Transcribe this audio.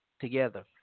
together